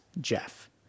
Jeff